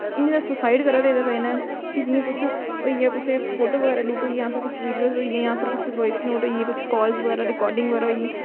इन्ने ज्यादा सूसाइड करा दे एहदी बजह् कन्नै कि जियां कुछ होई जाए कुसै दे फोटो बगैरा लीक होई गे जां फिर कुछ विडियो होई गेइयां जां कुछ बाइस नोट होई गे कुछ काल्स बगैरा रिकर्डिंग बगैरा होई गेई